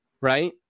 right